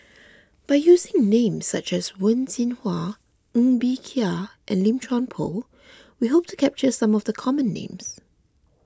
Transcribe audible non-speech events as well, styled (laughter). by using names such as Wen Jinhua Ng Bee Kia and Lim Chuan Poh (noise) we hope to capture some of the common names